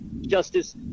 Justice